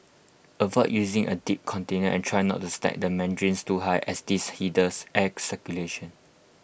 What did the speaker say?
avoid using A deep container and try not to stack the mandarins too high as this hinders air circulation